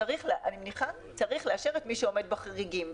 אני מניחה שצריך לאשר את מי שעומד בחריגים.